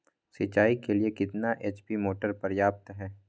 सिंचाई के लिए कितना एच.पी मोटर पर्याप्त है?